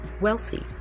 wealthy